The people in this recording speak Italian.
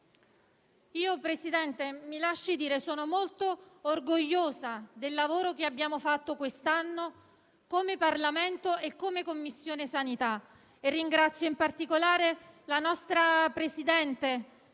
Presidente, mi lasci dire che sono molto orgogliosa del lavoro che abbiamo fatto quest'anno come Parlamento e come Commissione sanità; ringrazio in particolare la nostra presidente,